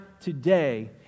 today